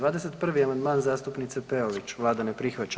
21. amandman, zastupnice Peović, Vlada ne prihvaća.